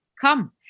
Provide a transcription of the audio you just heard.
come